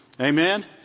amen